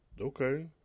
Okay